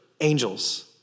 Angels